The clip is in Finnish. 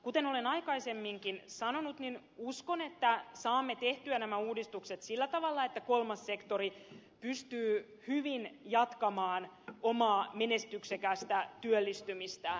kuten olen aikaisemminkin sanonut uskon että saamme tehtyä nämä uudistukset sillä tavalla että kolmas sektori pystyy hyvin jatkamaan omaa menestyksekästä työllistymistään